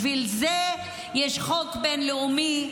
בשביל זה יש חוק בין-לאומי,